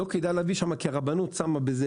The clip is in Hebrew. לא כדאי להביא משם כי הרבנות שמה בזה